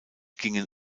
gingen